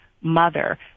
mother